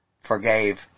forgave